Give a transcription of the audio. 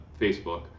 Facebook